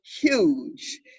huge